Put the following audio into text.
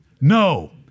No